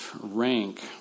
rank